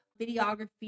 videography